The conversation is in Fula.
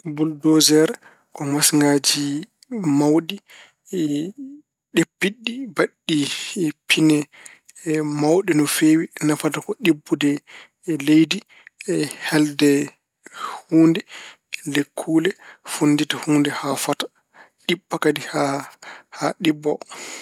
Buldoser ko masiŋaaji mawɗi, ɗeppinɗi, mbaɗɗi pine mawɗe no feewi. Nafata ko ɗibbude leydi e helde huunde, lekkuule, fonndita huunde haa fota. Nibba kadi haa ɗibbo.